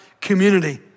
community